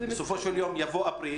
בסופו של יום יבוא אפריל,